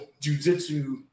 jujitsu